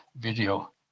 video